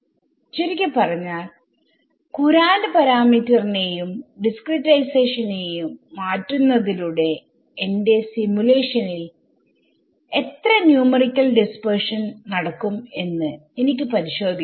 ചുരുക്കിപറഞ്ഞാൽകുറാന്റ്പാരാമീറ്റർനെയുംഡിസ്ക്രിടൈസേഷനെയും മാറ്റുന്നതിലൂടെ എന്റെ സിമുലേഷനിൽ എത്ര ന്യൂമറിക്കൽ ഡിസ്പെർഷൻ നടക്കും എന്ന് എനിക്ക് പരിശോധിക്കാം